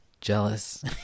jealous